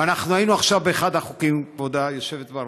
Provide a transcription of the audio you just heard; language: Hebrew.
ואנחנו היינו באחד החוקים, כבוד היושבת בראש,